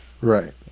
Right